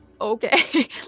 okay